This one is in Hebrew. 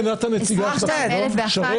הצבעה לא אושרו.